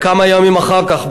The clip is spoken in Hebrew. כמה ימים אחר כך,